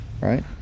right